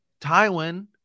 Tywin